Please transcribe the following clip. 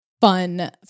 fun